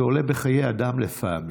זה עולה בחיי אדם לפעמים.